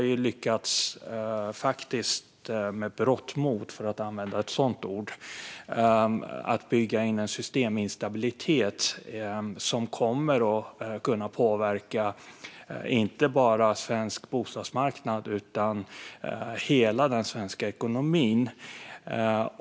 Vi har faktiskt med berått mod, för att använda ett sådant uttryck, lyckats bygga in en systeminstabilitet som kommer att kunna påverka inte bara den svenska bostadsmarknaden utan hela den svenska ekonomin.